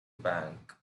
bank